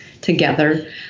together